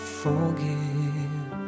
forgive